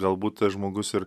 galbūt tas žmogus ir